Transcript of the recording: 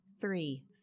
three